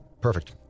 Perfect